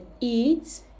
eat